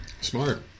Smart